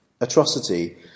atrocity